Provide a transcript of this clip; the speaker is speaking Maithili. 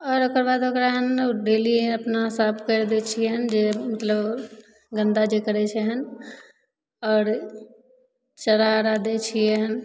आओर ओकर बाद ओकरा हँ डेली अपना साफ करि दै छिए जे मतलब गन्दा जे करै छहन आओर चारा आरा दै छिए हँ